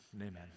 Amen